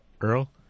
Earl